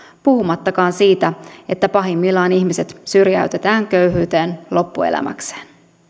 puhumattakaan siitä että pahimmillaan ihmiset syrjäytetään köyhyyteen loppuelämäkseen